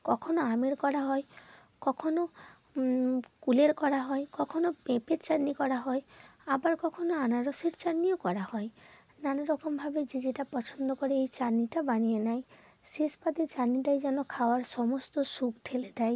কখনও আমের করা হয় কখনও কুলের করা হয় কখনও পেঁপের চাটনি করা হয় আবার কখনও আনারসের চাটনিও করা হয় নানা রকমভাবে যে যেটা পছন্দ করে এই চাটনিটা বানিয়ে নেয় শেষ পাতে চাটনিটাই যেন খাওয়ার সমস্ত সুখ ঢেলে দেয়